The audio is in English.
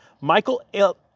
Michael